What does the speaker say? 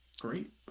Great